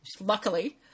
Luckily